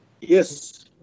Yes